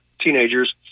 teenagers